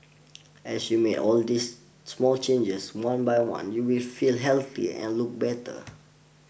as you make all these small changes one by one you will feel healthier and look better